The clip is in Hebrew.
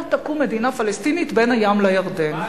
לא תקום מדינה פלסטינית בין הים לירדן.